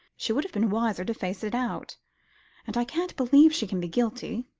she would have been wiser to face it out and i can't believe she can be guilty.